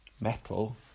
metal